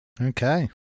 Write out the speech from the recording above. Okay